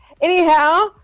Anyhow